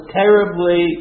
terribly